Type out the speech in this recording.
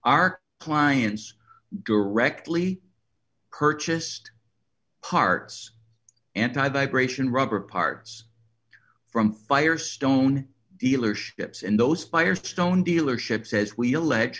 our clients directly purchased parts anti by gratian rubber parts from firestone dealerships and those firestone dealerships says we elect